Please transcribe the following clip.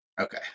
Okay